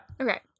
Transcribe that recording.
Okay